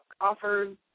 offers